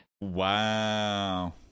wow